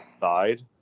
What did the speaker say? side